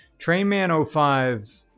Trainman05